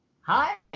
hi